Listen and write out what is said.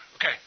Okay